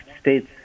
states